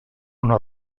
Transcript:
una